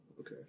Okay